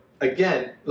again